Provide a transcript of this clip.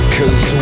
Cause